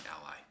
ally